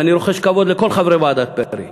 ואני רוחש כבוד לכל חברי ועדת פרי,